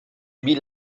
wie